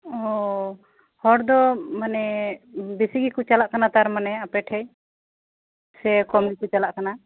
ᱳᱚ ᱦᱚᱲ ᱫᱚ ᱢᱟᱱᱮ ᱵᱮᱥᱤ ᱜᱮᱠᱚ ᱪᱟᱞᱟᱜ ᱠᱟᱱᱟ ᱛᱟᱨ ᱢᱟᱱᱮ ᱟᱯᱮᱴᱷᱮᱡ ᱥᱮ ᱠᱚᱢ ᱜᱮᱠᱚ ᱪᱟᱞᱟ ᱜ ᱠᱟᱱᱟ